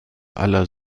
aller